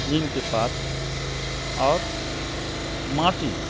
नीमके पात आओर माटि